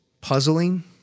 puzzling